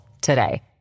today